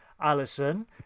Alison